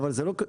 לא המון.